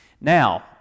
Now